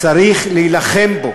צריך להילחם בו.